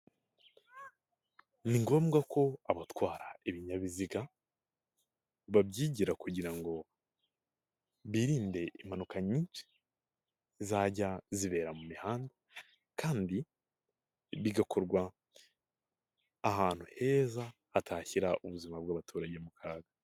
Ni ngombwa ko abatwara ibinyabiziga babyigira kugira ngo birinde impanuka nyinshi zajya zibera mu mihanda, kandi bigakorwa ahantu heza hatashyira ubuzima bw'abaturage mu kaga.